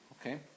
Okay